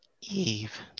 Eve